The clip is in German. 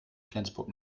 flensburg